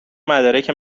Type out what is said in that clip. مدارک